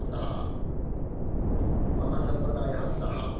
अतः मम सम्प्रदायः सः